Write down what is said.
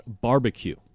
Barbecue